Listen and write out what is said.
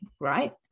right